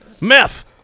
Meth